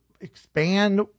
expand